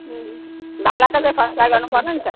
उम्म भाडाको चाहिँ फसेला गर्नु पऱ्यो नि त